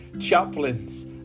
chaplains